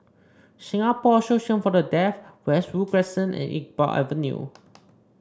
Singapore Association For The Deaf Westwood Crescent and Iqbal Avenue